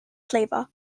flavour